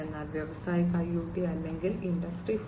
അതിനാൽ വ്യാവസായിക IoT അല്ലെങ്കിൽ ഇൻഡസ്ട്രി 4